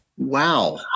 Wow